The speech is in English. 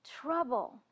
trouble